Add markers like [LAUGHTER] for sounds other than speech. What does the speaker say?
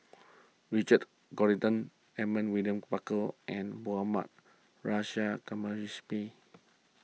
Richard Corridon Edmund William Barker and Mohammad Nurrasyid [UNINTELLIGIBLE]